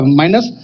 minus